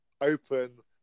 open